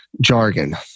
jargon